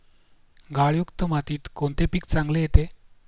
गाळयुक्त मातीत कोणते पीक चांगले येते?